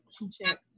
relationship